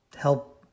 help